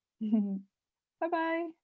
Bye-bye